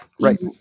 right